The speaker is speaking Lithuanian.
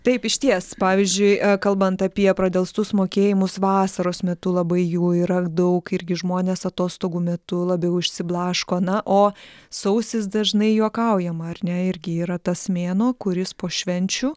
taip išties pavyzdžiui kalbant apie pradelstus mokėjimus vasaros metu labai jų yra daug irgi žmonės atostogų metu labiau išsiblaško na o sausis dažnai juokaujama ar ne irgi yra tas mėnuo kuris po švenčių